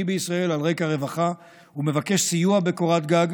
בישראל על רקע רווחה ומבקש סיוע בקורת גג,